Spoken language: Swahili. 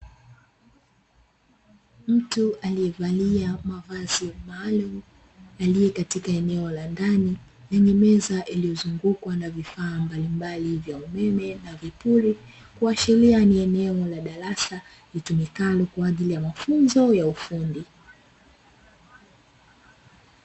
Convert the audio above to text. Mtu aliyevalia mavazi maalumu, aliye katika eneo la ndani na lenye meza iliyozungukwa na vifaa mbalimbali vya umeme na vipuri, kuashiria ni eneo la darasa litumikalo kwa ajili ya mafunzo ya ufundi.